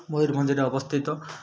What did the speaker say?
ମୟୂରଭଞ୍ଜରେ ଅବସ୍ଥିତ